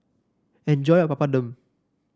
enjoy your Papadum